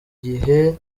gihe